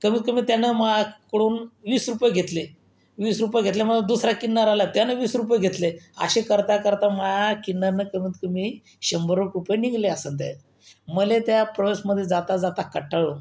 कमीत कमी त्यानं माह्याकडून वीस रुपये घेतले वीस रुपये घेतले मग दुसरा किन्नर आला त्यानं वीस रुपये घेतले असे करता करता मह्या किन्नरनं कमीत कमी शंभरएक रुपये निघाले असन त्यात मला त्या प्रवासमधे जाताजाता कंटाळलो मी